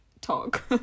talk